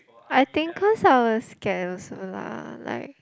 I think cause I was scared also lah like